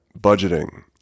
budgeting